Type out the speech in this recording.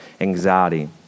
anxiety